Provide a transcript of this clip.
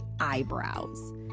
eyebrows